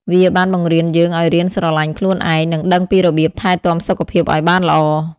វាបានបង្រៀនយើងឱ្យរៀនស្រឡាញ់ខ្លួនឯង និងដឹងពីរបៀបថែទាំសុខភាពឱ្យបានល្អ។